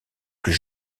plus